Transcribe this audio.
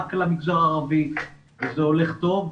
רק למגזר הערבי וזה הולך טוב.